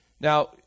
Now